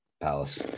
palace